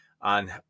on